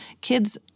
kids